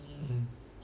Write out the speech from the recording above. mm